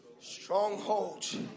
Strongholds